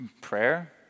prayer